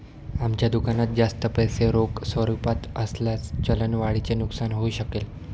आमच्या दुकानात जास्त पैसे रोख स्वरूपात असल्यास चलन वाढीचे नुकसान होऊ शकेल